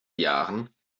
jahren